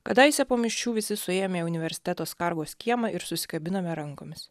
kadaise po mišių visi suėjome į universiteto skargos kiemą ir susikabinome rankomis